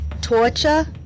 Torture